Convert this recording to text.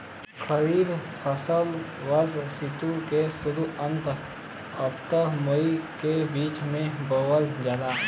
खरीफ फसल वषोॅ ऋतु के शुरुआत, अपृल मई के बीच में बोवल जाला